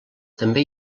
també